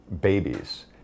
babies